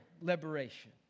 liberation